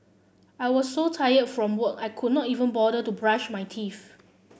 I was so tired from work I could not even bother to brush my teeth